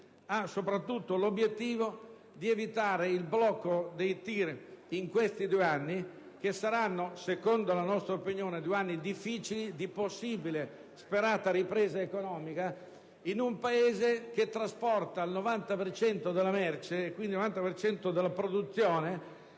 obiettivo: quello di evitare il blocco dei TIR in questi due anni, che saranno, secondo la nostra opinione, due anni difficili, di possibile, sperata ripresa economica, in un Paese che trasporta il 90 per cento della merce, e quindi della produzione,